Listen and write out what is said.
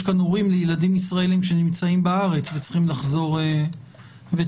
יש כאן הורים לילדים ישראלים שנמצאים בארץ וצריכים לחזור לארץ.